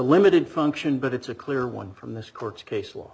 limited function but it's a clear one from this court's case law